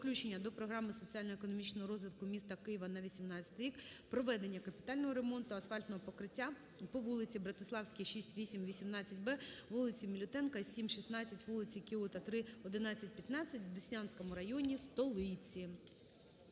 включення до програми соціально-економічного розвитку міста Києва на 2018 рік проведення капітального ремонту асфальтного покриття по вулиці Братиславській, 6, 8, 18б, вулиці Мілютенка, 7, 16, вулиці Кіото, 3, 11-15 в Деснянському районі столиці.